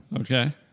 Okay